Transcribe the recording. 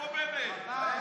חבל,